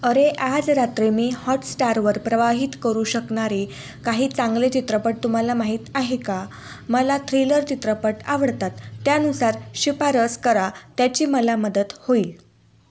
अरे आज रात्री मी हॉटस्टारवर प्रवाहित करू शकणारे काही चांगले चित्रपट तुम्हाला माहीत आहे का मला थ्रिलर चित्रपट आवडतात त्यानुसार शिफारस करा त्याची मला मदत होईल